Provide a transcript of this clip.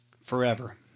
forever